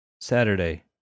Saturday